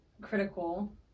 critical